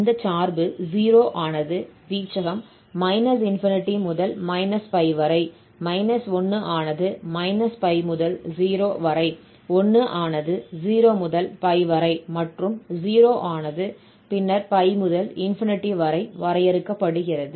இந்த சார்பு 0 ஆனது வீச்சகம் ∞ முதல் π வரை 1 ஆனது -π முதல் 0 வரை 1 ஆனது 0 முதல் π வரை மற்றும் 0 ஆனது பின்னர் π முதல் ∞ வரை வரையறுக்கப்படுகிறது